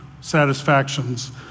satisfactions